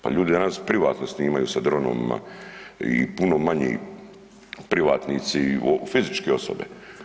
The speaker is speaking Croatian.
Pa ljudi danas privatno snimaju sa dronovima i puno manji privatnici i fizičke osobe.